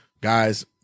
guys